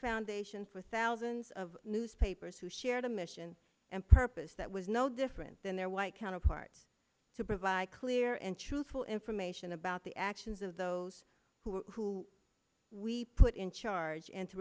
foundations for thousands of newspapers who shared a mission and purpose that was no different than their white counterparts to provide clear and truthful information about the actions of those who we put in charge and to